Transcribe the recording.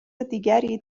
دیگری